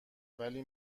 ولی